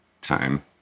time